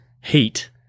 heat